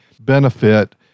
benefit